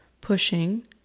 pushing